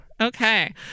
Okay